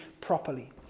properly